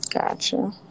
Gotcha